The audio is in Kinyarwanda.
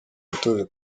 yatoje